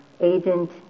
agent